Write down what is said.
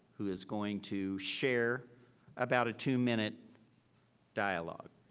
who is going to share about a two minute dialogue.